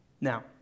Now